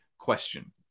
question